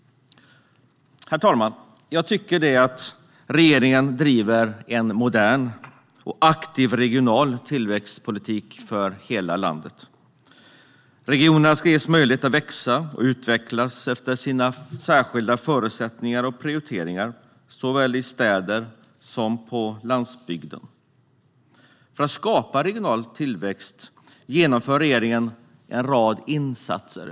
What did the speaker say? Herr talman! Jag tycker att regeringen driver en modern och aktiv regional tillväxtpolitik för hela landet. Regionerna ska ges möjligheter att växa och utvecklas efter sina särskilda förutsättningar och prioriteringar, såväl i städer som på landsbygden. För att skapa regional tillväxt genomför regeringen en rad insatser.